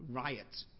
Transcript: riots